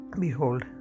Behold